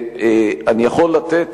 אני יכול לתת